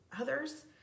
others